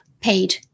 paid